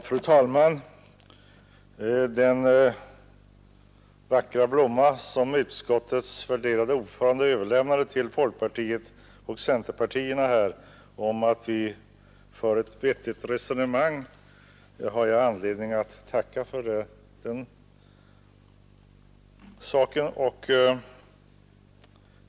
Fru talman! Utskottets värderade ordförande överlämnade en vacker blomma till folkpartiet och centerpartiet, när han sade att vi för ett vettigt resonemang, och jag har anledning att tacka för den.